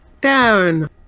down